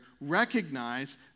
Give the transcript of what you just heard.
recognize